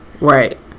right